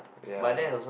ya